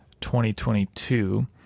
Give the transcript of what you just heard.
2022